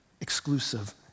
exclusive